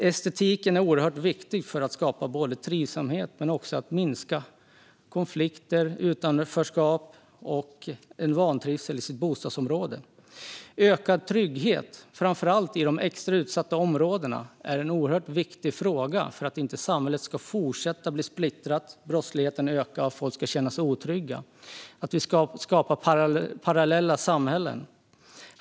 Estetiken är oerhört viktig både för att skapa trivsamhet och för att minska konflikter, utanförskap och en vantrivsel i bostadsområdet. En ökad trygghet, framför allt i de extra utsatta områdena, är en oerhört viktig fråga för att inte samhället ska fortsätta att splittras, brottsligheten öka, folk känna sig otrygga och parallella samhällen skapas.